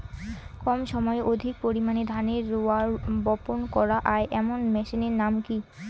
কম সময়ে অধিক পরিমাণে ধানের রোয়া বপন করা য়ায় এমন মেশিনের নাম কি?